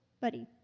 buddy